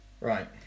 Right